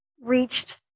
reached